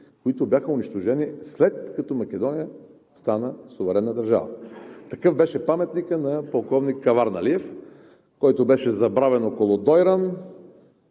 които бяха унищожени, след като Македония стана суверенна държава. Такъв беше паметникът на полковник Каварналиев, който беше забравен около Дойран,